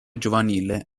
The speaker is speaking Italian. giovanile